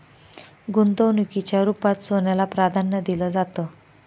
गुंतवणुकीच्या रुपात सोन्याला प्राधान्य दिलं जातं